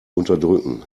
unterdrücken